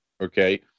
okay